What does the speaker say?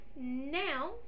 now